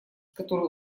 которой